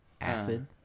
Acid